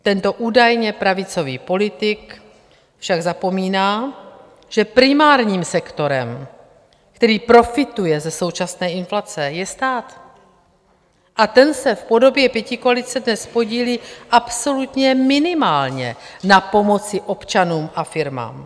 Tento údajně pravicový politik však zapomíná, že primárním sektorem, který profituje ze současné inflace, je stát, a ten se v podobě pětikoalice dnes podílí absolutně minimálně na pomoci občanům a firmám.